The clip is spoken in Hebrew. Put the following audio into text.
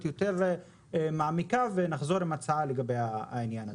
יותר מעמיקה ונחזור עם הצעה בעניין הזה.